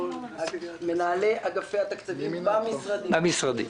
מנהלי אגפי התקציבים במשרדים.